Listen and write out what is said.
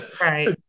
right